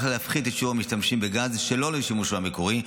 להפחית את שיעור המשתמשים בגז שלא לשימושו המקורי,